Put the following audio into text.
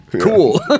Cool